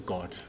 God